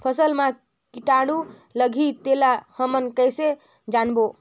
फसल मा कीटाणु लगही तेला हमन कइसे जानबो?